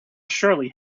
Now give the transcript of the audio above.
surely